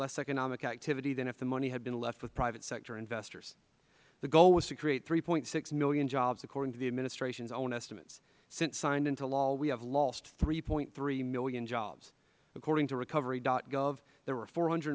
less economic activity than if the money had been left with private sector investors the goal was to create three point six million jobs according to the administration's own estimates since signed into law we have lost three point three million jobs according to recovery gov there were four hundred